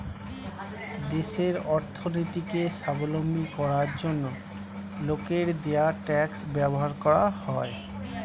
দেশের অর্থনীতিকে স্বাবলম্বী করার জন্য লোকের দেওয়া ট্যাক্স ব্যবহার করা হয়